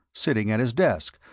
sitting at his desk,